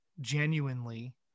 genuinely